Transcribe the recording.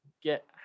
get